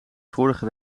vorige